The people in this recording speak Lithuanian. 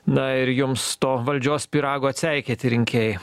na ir jums to valdžios pyrago atseikėti rinkėjai